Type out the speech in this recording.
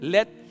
Let